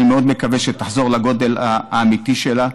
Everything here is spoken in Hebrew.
אני מאוד מקווה שתחזור לגודל האמיתי שלה.